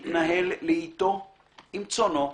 מתנהל לאטו עם צאנו,